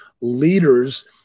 leaders